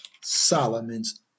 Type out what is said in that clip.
Solomon's